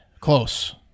Close